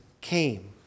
came